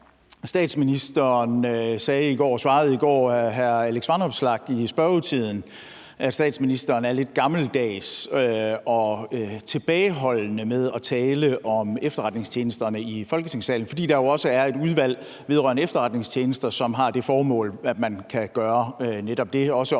Statsministeren svarede i går hr. Alex Vanopslagh i spørgetimen, at statsministeren er lidt gammeldags og tilbageholdende med at tale om efterretningstjenesterne i Folketingssalen, fordi der jo også er Udvalget vedrørende Efterretningstjenesterne, som har det formål at gøre netop det. Det blev